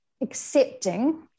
accepting